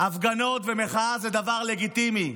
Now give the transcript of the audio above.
הפגנות ומחאה זה דבר לגיטימי,